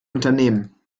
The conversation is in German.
unternehmen